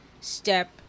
step